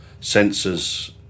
sensors